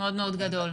מאוד גדול.